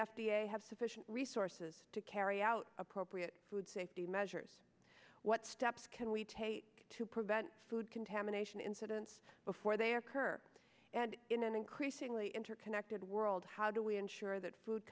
have sufficient resources to carry out appropriate food safety measures what steps can we take to prevent food contamination incidents before they occur and in an increasingly interconnected world how do we ensure that food